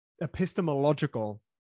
epistemological